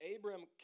Abram